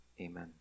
amen